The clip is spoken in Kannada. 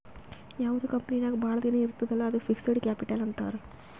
ಯಾವ್ದು ಕಂಪನಿ ನಾಗ್ ಭಾಳ ದಿನ ಇರ್ತುದ್ ಅಲ್ಲಾ ಅದ್ದುಕ್ ಫಿಕ್ಸಡ್ ಕ್ಯಾಪಿಟಲ್ ಅಂತಾರ್